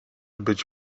być